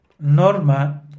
Norma